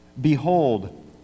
Behold